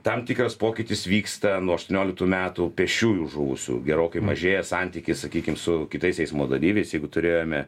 tam tikras pokytis vyksta nuo aštuonioliktų metų pėsčiųjų žuvusių gerokai mažėja santykis sakykim su kitais eismo dalyviais jeigu turėjome